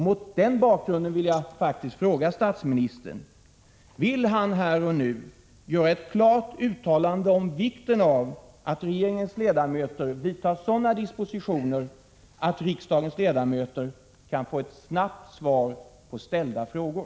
Mot den bakgrunden vill jag faktiskt fråga statsministern: Vill han här och nu göra ett klart uttalande om vikten av att regeringens ledamöter vidtar sådana dispositioner att riksdagens ledamöter kan få ett snabbt svar på ställda frågor?